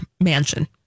mansion